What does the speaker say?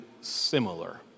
similar